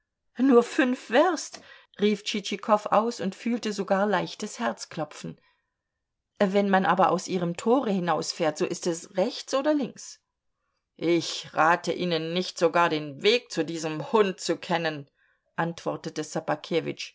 nur fünf werst rief tschitschikow aus und fühlte sogar leichtes herzklopfen wenn man aber aus ihrem tore hinausfährt so ist es rechts oder links ich rate ihnen nicht sogar den weg zu diesem hund zu kennen antwortete